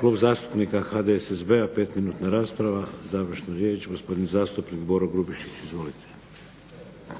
Klub zastupnika HDSSB-a 5 minutna rasprava, završna riječ, gospodin zastupnik Boro Grubišić. Izvolite.